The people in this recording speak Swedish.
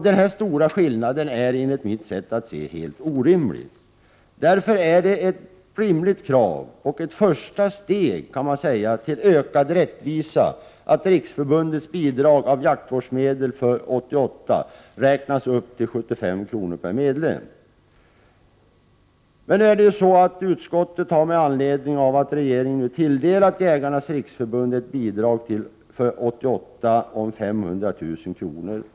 Denna stora skillnad är enligt mitt sätt att se orimlig. Därför är det ett rimligt krav och ett första steg till ökad rättvisa att riksförbundets bidrag av jaktvårdsmedel för 1988 räknas upp till 75 kr. per medlem. Utskottet har med anledning av att regeringen tilldelat Jägarnas riksförbund ett bidrag för 1988 om 500 000 kr.